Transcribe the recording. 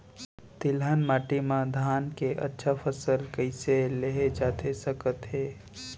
तिलहन माटी मा धान के अच्छा फसल कइसे लेहे जाथे सकत हे?